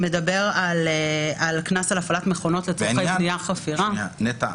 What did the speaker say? שמדבר על קנס על הפעלת מכונות לצורכי בנייה וחפירה --- נטע,